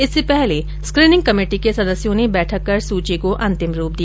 इससे पहले screening committee के सदस्यों ने बैठक कर सूची को अंतिम रूप दिया